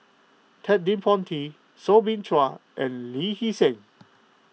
Ted De Ponti Soo Bin Chua and Lee Hee Seng